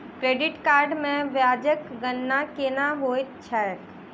credit card मे ब्याजक गणना केना होइत छैक